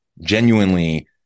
genuinely